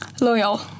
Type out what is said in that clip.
Loyal